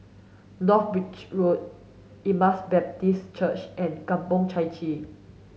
North Bridge Road Emmaus Baptist Church and Kampong Chai Chee